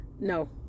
no